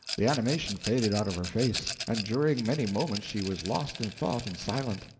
the animation faded out of her face and during many moments she was lost in thought and silent.